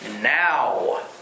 now